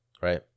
right